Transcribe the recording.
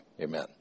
amen